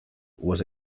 was